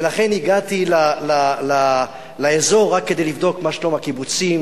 ולכן הגעתי לאזור רק כדי לבדוק מה שלום הקיבוצים,